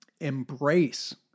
embrace